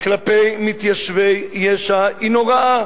כלפי מתיישבי יש"ע, נוראה.